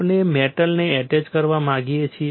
આપણે મેટલને એટચ કરવા માંગીએ છીએ